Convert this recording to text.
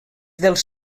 dels